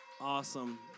Awesome